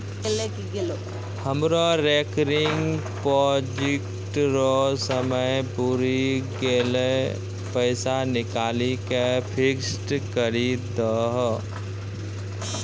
हमरो recurring deposit रो समय पुरी गेलै पैसा निकालि के फिक्स्ड करी दहो